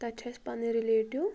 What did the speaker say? تَتہِ چھِ اسہِ پنٕنۍ رِلیٹِو